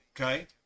Okay